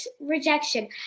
Rejection